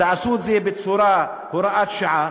תעשו את זה בצורה של הוראת שעה.